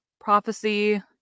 prophecy